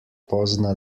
pozna